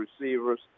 receivers